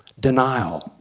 denial!